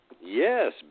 Yes